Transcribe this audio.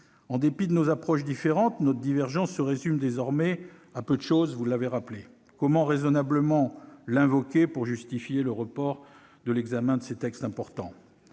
monsieur le Premier ministre, notre divergence se résume désormais à peu de choses, comme vous l'avez souligné. Comment raisonnablement l'invoquer pour justifier le report de l'examen de ces textes importants ?